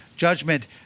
Judgment